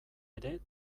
ere